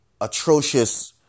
atrocious